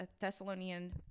Thessalonian